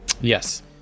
Yes